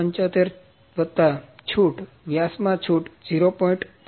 75 વત્તા છૂટ વ્યાસ માં છૂટ 0